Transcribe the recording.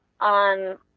on